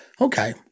Okay